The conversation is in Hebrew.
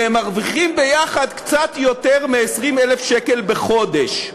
והם מרוויחים ביחד קצת יותר מ-20,000 שקל בחודש.